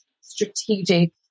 strategic